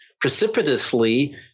precipitously